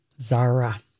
Zara